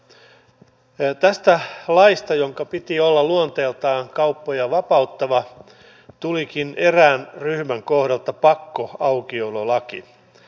tästä laista jonka piti olla luonteeltaan kauppoja vapauttava tulikin erään ryhmän kohdalta pakkoaukiololaki